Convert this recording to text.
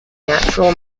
natural